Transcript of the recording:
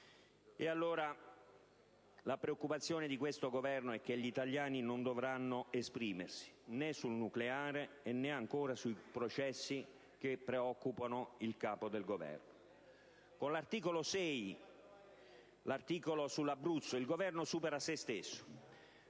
utile». La preoccupazione di questo Governo è che gli italiani non dovranno esprimersi, né sul nucleare né, ancora, sui processi che preoccupano il Presidente del Consiglio. Con l'articolo 6, quello sull'Abruzzo, il Governo supera se stesso,